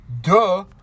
Duh